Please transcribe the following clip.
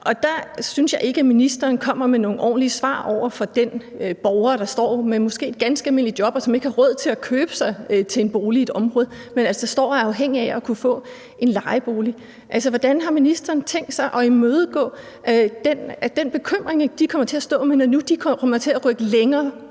Jeg synes ikke, ministeren kommer med nogle ordentlige svar til den borger, der måske har et ganske almindeligt job, og som ikke har råd til at købe sig til en bolig i et område, men er afhængig af at kunne få en lejebolig. Hvordan har ministeren tænkt sig at imødekomme den bekymring, de kommer til at stå med, når nu de kommer til at rykke længere